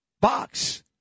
box